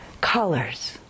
colors